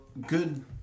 good